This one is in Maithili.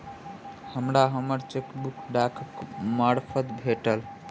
हमरा हम्मर चेकबुक डाकक मार्फत भेटल